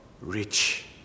rich